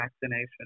vaccination